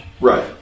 right